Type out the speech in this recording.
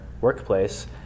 workplace